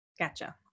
Gotcha